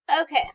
Okay